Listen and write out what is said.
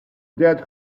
dead